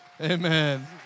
amen